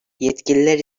yetkililer